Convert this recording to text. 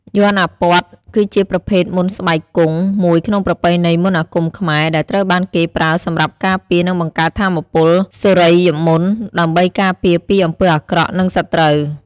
យ័ន្តអាព័ទ្ធ គឺជាប្រភេទមន្តស្បែកគង់មួយក្នុងប្រពៃណីមន្តអាគមខ្មែរ ដែលត្រូវបានគេប្រើសម្រាប់ការពារ និងបង្កើតថាមពលសុរិយមន្ត ដើម្បីការពារពីអំពើអាក្រក់ និងសត្រូវ។